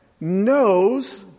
Knows